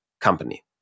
company